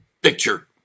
picture